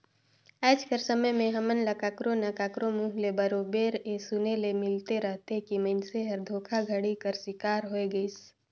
आएज कर समे में हमन ल काकरो ना काकरो मुंह ले बरोबेर ए सुने ले मिलते रहथे कि मइनसे हर धोखाघड़ी कर सिकार होए गइस